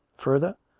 further,